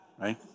Right